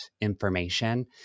information